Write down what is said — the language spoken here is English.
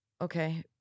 Okay